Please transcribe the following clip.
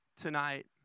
Tonight